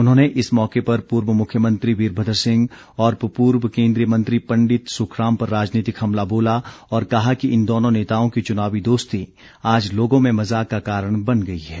उन्होंने इस मौके पर पूर्व मुख्यमंत्री वीरभद्र सिंह और पूर्व केन्द्रीय मंत्री पंडित सुखराम पर राजनीतिक हमला बोला और कहा कि इन दोनों नेताओं की चुनावी दोस्ती आज लोगों में मज़ाक का कारण बन गई है